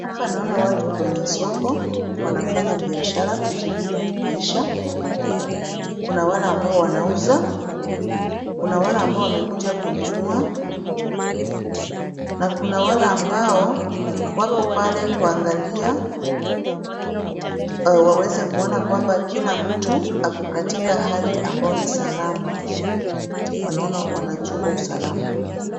Hapa naona watu kwenye soko wanafanya biashara kujimudu kimaisha. Kuna wale ambao wanauza, kuna wale ambao wamekuja kununua na kuna wale ambao wako pale kuangalia waweze kuona kwamba kila mtu ako katika hali ambayo ni salama, wanaona wanachunga usalama.